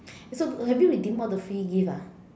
so have you redeemed all the free gift ah